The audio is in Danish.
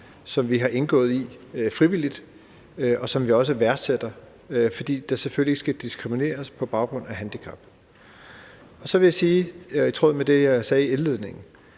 som vi frivilligt har indgået, og som vi også værdsætter, fordi der selvfølgelig ikke skal diskrimineres på baggrund af handicap. Så vil jeg i tråd med det, jeg også sagde i indledningen,